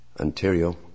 Ontario